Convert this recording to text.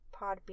Podbean